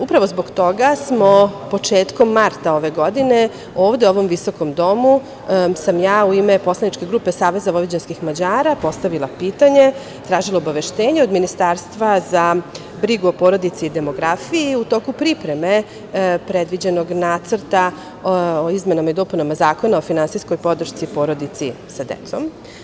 Upravo zbog toga smo početkom marta ove godine, ovde u ovom visokom domu, sam ja u ime poslaničke grupe SVM postavila pitanje, tražila obaveštenje od Ministarstva za brigu o porodici i demografiju, u toku pripreme predviđenog Nacrta o izmenama i dopunama Zakona o finansijskoj podršci porodici sa decom.